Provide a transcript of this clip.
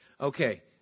Okay